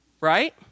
Right